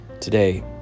Today